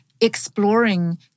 exploring